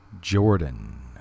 Jordan